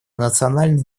национальный